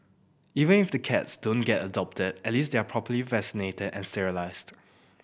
even if the cats don't get adopted at least they are properly vaccinated and sterilised